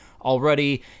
already